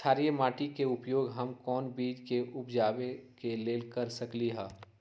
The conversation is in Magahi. क्षारिये माटी के उपयोग हम कोन बीज के उपजाबे के लेल कर सकली ह?